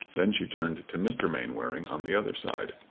then she turned to mr. mainwaring on the other side.